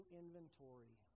inventory